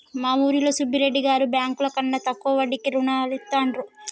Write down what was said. మా ఊరిలో సుబ్బిరెడ్డి గారు బ్యేంకుల కన్నా తక్కువ వడ్డీకే రుణాలనిత్తండ్రు